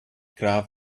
crowd